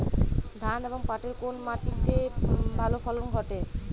ধান এবং পাটের কোন মাটি তে ভালো ফলন ঘটে?